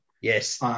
Yes